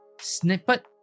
Snippet